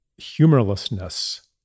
humorlessness